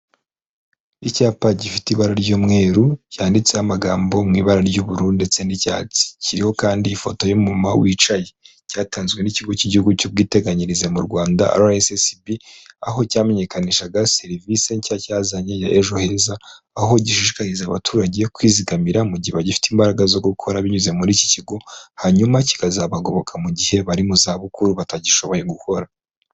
Icyapa gifite ibara ry'umweru cyanditseho amagambo mu ibara ry'ubururu ndetse n'icyatsi, kiririho kandi ifoto y'umumama wicaye, cyatanzwe n'ikigo cy'igihugu cy'ubwiteganyirize mu Rwanda RSSB, aho cyamenyekanishaga serivisi nshya cyazanye ya Ejo heza, aho gishishikariza abaturage kwizigamira mu gihe bagifite imbaraga zo gukora binyuze muri iki kigo, hanyuma kikazabagoboka mu gihe bari mu zabukuru, batagishoboye gukora.